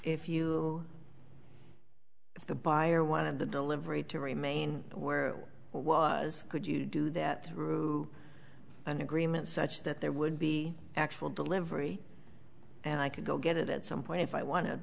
if you if the buyer wanted the delivery to remain where i was could you do that through an agreement such that there would be actual delivery and i could go get it at some point if i wanted